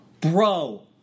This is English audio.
bro